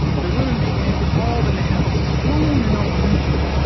the women began calling the house, swooning over me